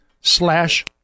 slash